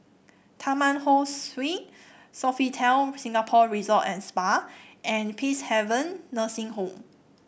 Taman Ho Swee Sofitel Singapore Resort and Spa and Peacehaven Nursing Home